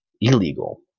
illegal